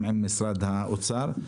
עם משרד האוצר.